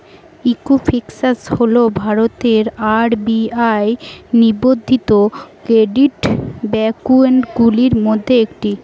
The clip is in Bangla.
ঈকুইফ্যাক্স হল ভারতের আর.বি.আই নিবন্ধিত ক্রেডিট ব্যুরোগুলির মধ্যে একটি